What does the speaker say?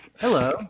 Hello